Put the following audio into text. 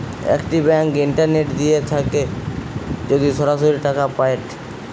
একটি bank internet দিয়ে থাকে যদি সরাসরি টাকা পায়েটে